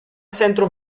centro